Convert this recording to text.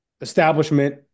establishment